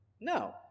No